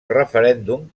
referèndum